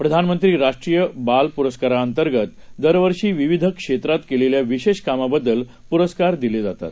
प्रधानमंत्रीराष्ट्रीयबालपुरस्कारांअंतर्गतदरवर्षीविविधक्षेत्रातकेलेल्याविशेषकामाबद्द लपुरस्कारदिलेजातात